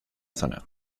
zona